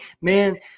Man